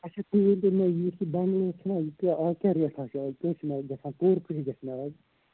اچھا تُہۍ ؤنۍتو مےٚ یُس یہِ بٮ۪نٛگلٕز چھِ نہ آز کیٛاہ ریٹھاہ چھِ آز کٔہہِ چھِ گژھان کٔرۍ کٔہہِ گژھِ مےٚ آز